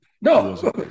No